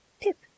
Pip